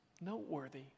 noteworthy